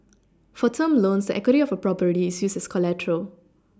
for term loans equity of a property is used as collateral